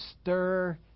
stir